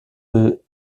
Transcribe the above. peut